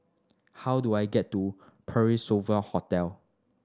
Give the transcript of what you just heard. how do I get to Parc Sovereign Hotel